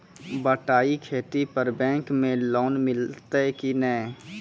बटाई खेती पर बैंक मे लोन मिलतै कि नैय?